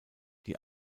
die